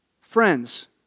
Friends